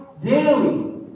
daily